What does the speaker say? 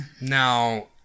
Now